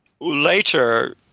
later